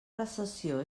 recessió